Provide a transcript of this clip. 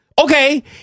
Okay